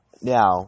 now